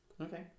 Okay